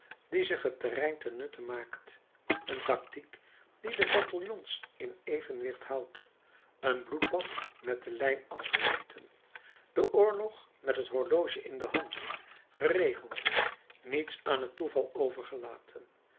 die zich het terrein ten nutte maakt een tactiek die de bataljons in evenwicht houdt een bloedbad met de lijn afgemeten de oorlog met het horloge in de hand geregeld niets aan het toeval overgelaten